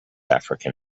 african